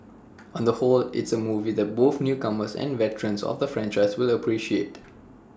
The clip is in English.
on the whole it's A movie that both newcomers and veterans of the franchise will appreciate